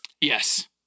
Yes